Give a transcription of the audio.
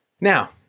Now